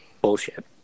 bullshit